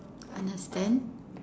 understand